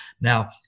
Now